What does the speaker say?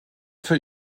für